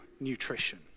nutrition